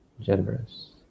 generous